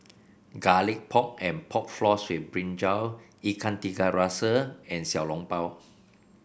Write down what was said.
Garlic Pork and Pork Floss with brinjal Ikan Tiga Rasa and Xiao Long Bao